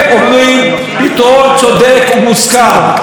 הם אומרים: פתרון צודק ומוסכם.